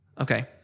Okay